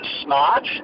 smart